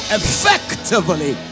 effectively